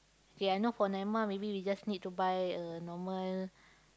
okay I know for Naimah maybe we just need to buy a normal